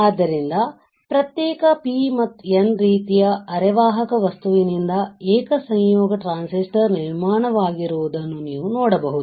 ಆದ್ದರಿಂದ ಪ್ರತ್ಯೇಕ P ಮತ್ತು N ರೀತಿಯ ಅರೆವಾಹಕ ವಸ್ತುವಿನಿಂದ ಏಕ ಸಂಯೋಗ ಟ್ರಾನ್ಸಿಸ್ಟರ್ ನಿರ್ಮಾಣವಾಗಿರುವುದನ್ನು ನೀವು ನೋಡಬಹುದು